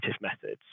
methods